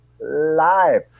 live